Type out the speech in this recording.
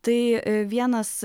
tai vienas